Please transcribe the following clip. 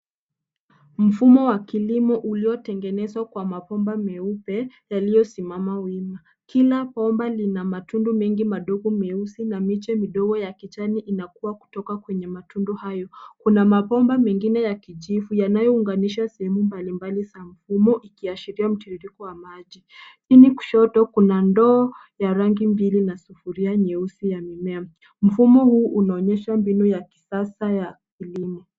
Mfumo wa Kilimo uliotengenezwa na mabomba meupe yaliyosimama wima, Kila bomba Lina matundu mengi madogo meusi na miche midogo ya kijani inakua kutoka kwenye matundu hayo . Kuna mabomba mengine ya kijivu yanayounganisha sehemu mbalimbali za mfumo ikiashiria mtiririko wa maji. Chini kushoto Kuna ndoo ya rangi mbili na sufuria nyeusi ya mimea. Mfumo huu unaonyesha mbinu ya kisasa ya Kilimo.